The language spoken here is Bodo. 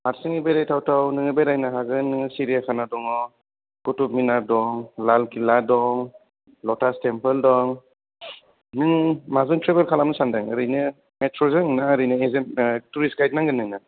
हारसिङै बेरायथाव थाव नोङो बेरायनो हागोन सिरिया खाना दङ कुटुब मिनार दं लाल किला दं लथास थेमफोल दं नों माजों थ्रेबेल खालामनो सानदों ओरैनो मेथ्र' जों ना ओरैनो थुरिस गाइद नांगोन नोंनो